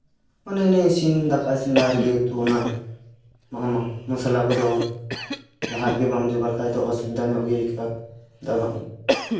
ᱢᱟᱱᱮ ᱢᱟᱱᱮ ᱤᱥᱤᱱ ᱫᱟᱠᱟ ᱤᱥᱤᱱ ᱞᱟᱦᱟ ᱨᱮᱜᱮ ᱡᱮᱦᱮᱛᱩ ᱚᱱᱟ ᱢᱚᱥᱞᱟ ᱠᱚᱫᱚ ᱞᱟᱦᱟ ᱨᱮᱜᱮ ᱵᱟᱢ ᱡᱚᱜᱟᱲ ᱠᱷᱟᱡ ᱫᱚ ᱚᱥᱩᱵᱤᱫᱷᱟ ᱧᱚᱜ ᱜᱮ ᱦᱩᱭᱩᱜᱼᱟ ᱪᱮᱫᱟᱜ ᱵᱟᱝ